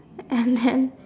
and then